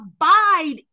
abide